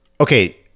okay